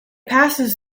passes